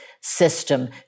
system